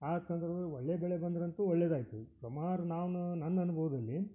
ಆ ಸಂದರ್ಭದಲ್ ಒಳ್ಳೆಯ ಬೆಳೆ ಬಂದರಂತೂ ಒಳ್ಳೆಯದಾಯ್ತು ಸುಮಾರು ನಾನು ನನ್ನ ಅನುಭವದಲ್ಲಿ